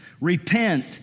Repent